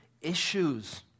issues